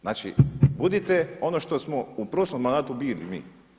Znači, budite ono što smo u prošlom mandatu bili mi.